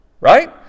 right